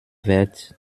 wert